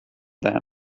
that